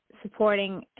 Supporting